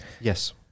yes